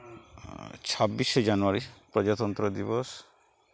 ᱪᱷᱟᱵᱵᱤᱥᱮ January ᱯᱨᱚᱡᱟᱛᱚᱱᱛᱨᱚ ᱫᱤᱵᱚᱥ